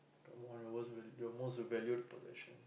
come on your most val~ your most valued possession